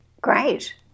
Great